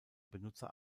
benutzer